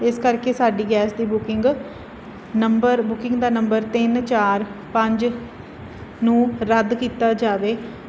ਇਸ ਕਰਕੇ ਸਾਡੀ ਗੈਸ ਦੀ ਬੁਕਿੰਗ ਨੰਬਰ ਬੁਕਿੰਗ ਦਾ ਨੰਬਰ ਤਿੰਨ ਚਾਰ ਪੰਜ ਨੂੰ ਰੱਦ ਕੀਤਾ ਜਾਵੇ